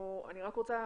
אני רק רוצה